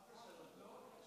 מה זה שלוש דקות?